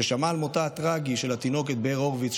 כששמע על מותה הטרגי של התינוקת באר הורוביץ,